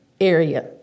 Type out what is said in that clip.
area